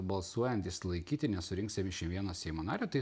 balsuojant išsilaikyti nesurinks semišim vieno seimo nario tai